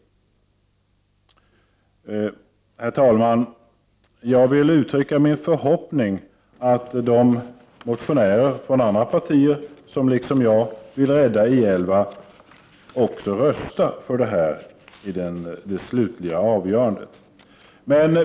Herr talman! Jag vill uttrycka min förhoppning att de motionärer från andra partier som liksom jag vill rädda I 11 också röstar för det när vi kommer till det slutliga avgörandet.